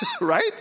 right